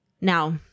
Now